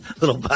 Little